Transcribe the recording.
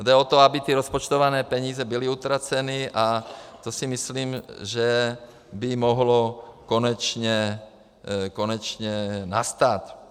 Jde o to, aby ty rozpočtované peníze byly utraceny, a to si myslím, že by mohlo konečně nastat.